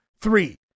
three